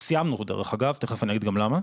סיימנו, דרך אגב, תיכף אני אגיד גם למה.